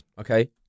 Okay